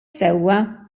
sewwa